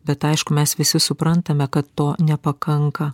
bet aišku mes visi suprantame kad to nepakanka